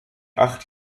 acht